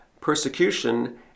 persecution